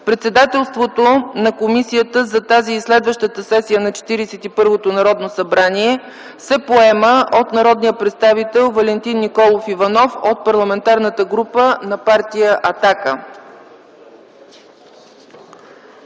председателството на комисията за тази и следващата сесия на Четиридесет и първото Народно събрание се поема от народния представител Валентин Николов Иванов от Парламентарната група на партия „Атака”.